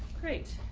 great.